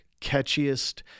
Catchiest